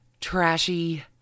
trashy